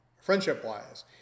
Friendship-wise